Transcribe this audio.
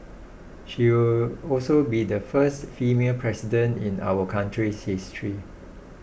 she will also be the first female president in our country's history